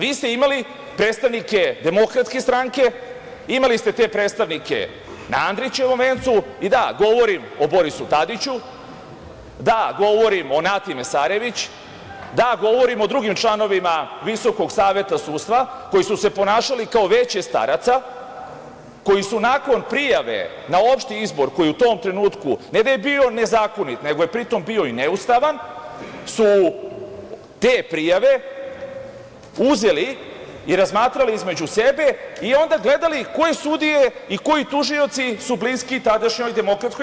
Vi ste imali predstavnike DS, imali ste te predstavnike na Andrićevom vencu, i da govorim o Borisu Tadiću, da govorim o Nati Mesarević, da govorim o drugim članovima Visokog saveta sudstva koji su se ponašali kao veće staraca, koji su nakon prijave na opšti izbor, koji je u tom trenutku, ne da je bio nezakonit, nego je pritom bio i neustavan, su te prijave uzeli i razmatrali između sebe i onda gledali koje sudije i koji tužioci su bliski tadašnjoj DS.